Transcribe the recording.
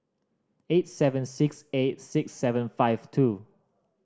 eight seven six eight six seven five two